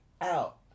out